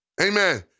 Amen